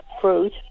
fruit